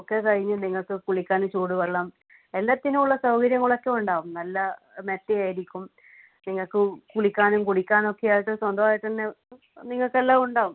ഒക്കെ കഴിഞ്ഞ് നിങ്ങൾക്ക് കുളിക്കാനും ചൂട് വെള്ളം എല്ലാത്തിനുമുള്ള സൗകര്യങ്ങളൊക്കെ ഉണ്ടാവും നല്ല മെത്തയായിരിക്കും നിങ്ങൾക്ക് കുളിക്കാനും കുടിക്കാനൊക്കെയായിട്ട് സ്വന്തമായിട്ട് തന്നെ നിങ്ങൾക്കെല്ലാം ഉണ്ടാകും